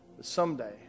Someday